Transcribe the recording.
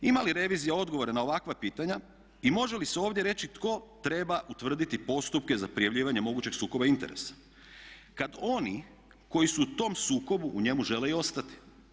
Ima li revizija odgovore na ovakva pitanja i može li se ovdje reći tko treba utvrditi postupke za prijavljivanje mogućeg sukoba interesa kad oni koji su u tom sukobu u njemu žele i ostati.